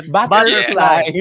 Butterfly